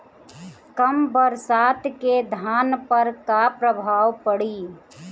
कम बरसात के धान पर का प्रभाव पड़ी?